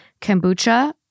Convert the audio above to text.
kombucha